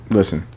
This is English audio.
Listen